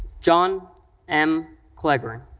john m. cleghorn.